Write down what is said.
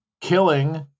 killing